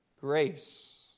grace